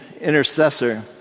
intercessor